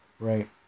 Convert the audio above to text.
Right